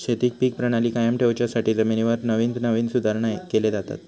शेतीत पीक प्रणाली कायम ठेवच्यासाठी जमिनीवर नवीन नवीन सुधारणा केले जातत